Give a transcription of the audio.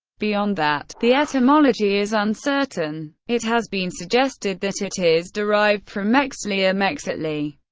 beyond that, the etymology is uncertain. it has been suggested that it is derived from mextli or mexihtli,